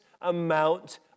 amount